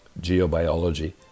geobiology